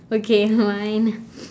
okay mine